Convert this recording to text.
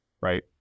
right